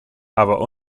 aber